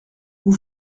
vous